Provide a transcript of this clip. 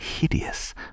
hideous